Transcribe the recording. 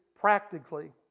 practically